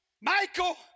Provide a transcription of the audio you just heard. Michael